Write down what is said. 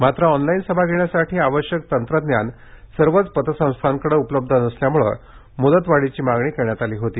मात्र ऑनलाइन सभा घेण्यासाठी आवश्यक तंत्रज्ञान सर्वच पतसंस्थांकडे उपलब्ध नसल्यामुळे मुदतवाढीची मागणी करण्यात आली होती